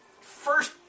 first